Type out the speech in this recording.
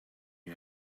you